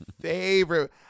favorite